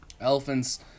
Elephants